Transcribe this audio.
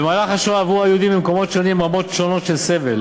במהלך השואה עברו היהודים במקומות שונים רמות שונות של סבל,